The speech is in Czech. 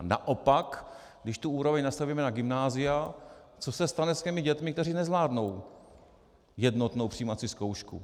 Naopak, když tu úroveň nastavíme na gymnázia, co se stane s těmi dětmi, které nezvládnou jednotnou přijímací zkoušku?